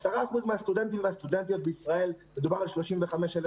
10% מן הסטודנטים והסטודנטיות בישראל מדובר על 35,000